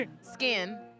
Skin